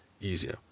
easier